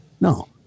No